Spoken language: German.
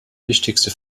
wichtigste